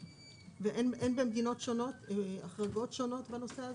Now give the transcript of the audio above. ואין במדינות שונות החרגות שונות בנושא הזה?